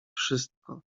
wszystko